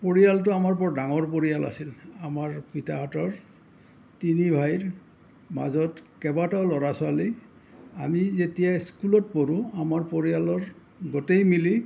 পৰিয়ালটো আমাৰ বৰ ডাঙৰ পৰিয়াল আছিল আমাৰ পিতাহঁতৰ তিনি ভাইৰ মাজত কেইবাটাও ল'ৰা ছোৱালী আমি যেতিয়া স্কুলত পঢ়ো আমাৰ পৰিয়ালৰ গোটেই মিলি